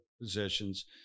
positions